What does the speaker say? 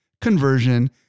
conversion